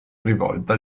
rivolta